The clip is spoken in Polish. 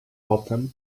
potem